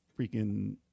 freaking